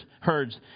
herds